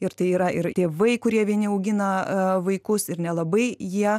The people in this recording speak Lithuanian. ir tai yra ir tėvai kurie vieni augina a vaikus ir nelabai jie